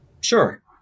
Sure